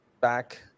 back